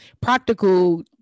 practical